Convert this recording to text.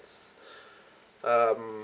um